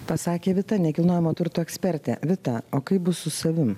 pasakė vita nekilnojamo turto ekspertė vita o kaip bus su savim